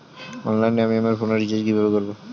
অনলাইনে আমি আমার ফোনে রিচার্জ কিভাবে করব?